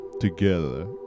together